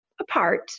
apart